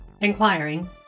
Inquiring